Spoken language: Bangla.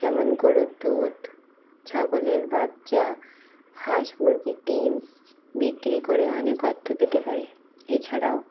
যেমন গরুর দুধ ছাগলের বাচ্চা হাঁস মুরগির ডিম বিক্রি করে অনেক অর্থ পেতে পারে এছাড়াও